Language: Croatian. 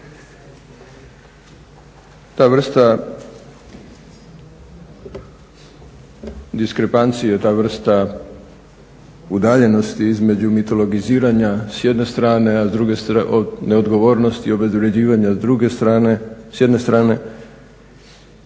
Ta vrsta diskrepancije, ta vrsta udaljenosti između mitologiziranja s jedne strane, a s druge neodgovornosti obezvređivanja s jedne strane se može se